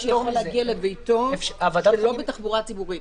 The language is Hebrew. שיכול להגיע לביתו שלא בתחבורה ציבורית.